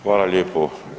Hvala lijepo.